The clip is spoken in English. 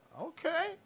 okay